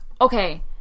okay